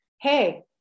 Hey